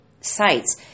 sites